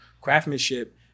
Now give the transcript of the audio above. craftsmanship